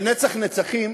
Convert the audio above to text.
ונצח-נצחים